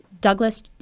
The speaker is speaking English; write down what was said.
Douglas